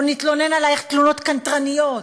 או נתלונן עלייך תלונות קנטרניות,